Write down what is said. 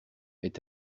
est